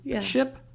ship